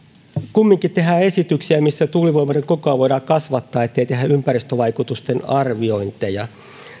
kumminkin tehdään esityksiä missä tuulivoimaloiden kokoa voidaan kasvattaa niin ettei tehdä ympäristövaikutusten arviointeja